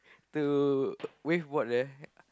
to wave board there